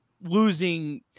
losing